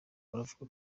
baravuga